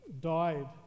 died